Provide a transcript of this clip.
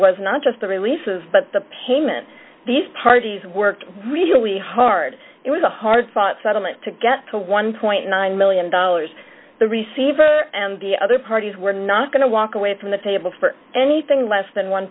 was not just the release of but the payment these parties worked really hard it was a hard fought settlement to get to one million nine hundred thousand dollars the receiver and the other parties were not going to walk away from the table for anything less than one